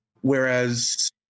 Whereas